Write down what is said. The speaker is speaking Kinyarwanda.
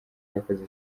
yakoze